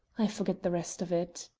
i forget the rest of it.